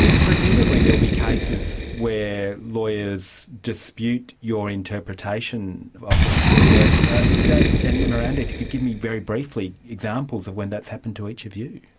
presumably there would be cases where lawyers dispute your interpretation of particular words. sedat and miranda, if you could give me very briefly examples of when that has happened to each of you.